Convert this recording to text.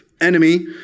enemy